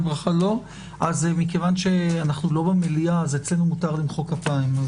כיוון שאנחנו לא במליאה, אצלנו מותר למחוא כפיים.